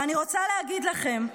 ואני רוצה להגיד לכם,